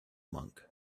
monk